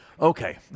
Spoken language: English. okay